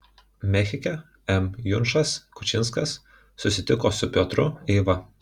mechike m junčas kučinskas susitiko su piotru eiva